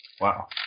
Wow